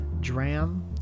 Dram